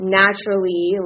naturally